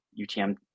UTM